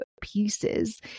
pieces